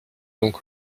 donc